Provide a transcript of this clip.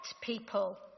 people